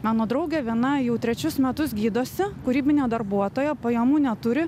mano draugė viena jau trečius metus gydosi kūrybinė darbuotoja pajamų neturi